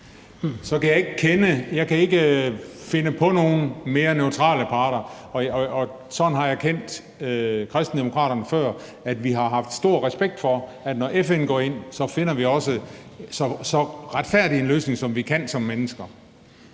kan jeg ikke finde på nogle mere neutrale parter – sådan har jeg kendt Kristendemokraterne før, nemlig at de har haft stor respekt for, at når FN går ind, finder man også så retfærdig en løsning, som man kan som mennesker.